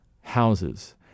houses